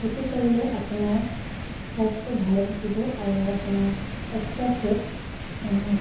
সেইটো কৰিলে আপোনাৰ স্বাস্থ্য ভালে থাকিব আৰু আপোনাৰ এক্সট্ৰা ফেট